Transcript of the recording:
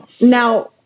Now